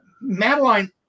Madeline